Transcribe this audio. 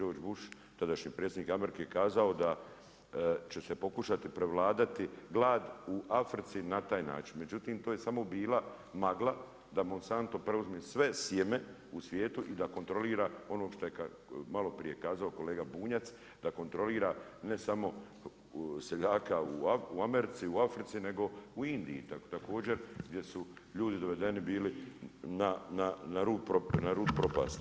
George Bush, tadašnji predsjednike Amerike kazao da će se pokušati prevladati glad u Africi na taj način, međutim to je samo bila magla da sam preuzme sve to sjeme u svijetu i da kontrolira ono što je malo prije kazao kolega Bunjac, da kontrolira ne samo seljake u Americi, u Africi, nego u Indiji, također gdje su ljudi dovedeni bili na rub propasti.